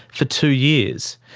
for two years.